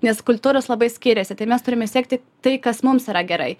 nes kultūros labai skiriasi tai mes turime sekti tai kas mums yra gerai